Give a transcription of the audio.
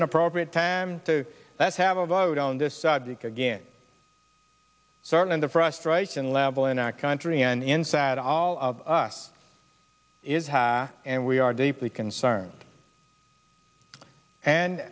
an appropriate time to that's have a vote on this subject again certainly the frustration level in our country and inside all of us is high and we are deeply concerned and